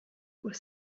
was